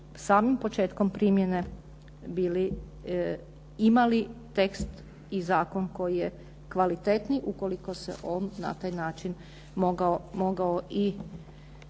samim početkom primjene bili imali tekst i zakon koji je kvalitetniji ukoliko se on na taj način mogao i